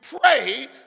pray